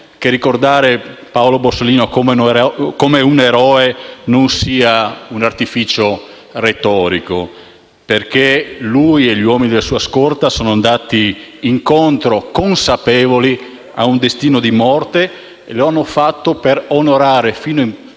quest'Assemblea solenne come un eroe non sia un artificio retorico, perché lui e gli uomini della sua scorta sono andati incontro, consapevoli, a un destino di morte, e lo hanno fatto per onorare fino in